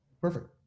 perfect